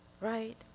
Right